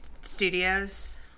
studios